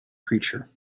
creature